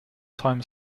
time